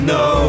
no